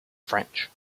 french